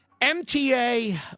MTA